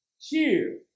cheer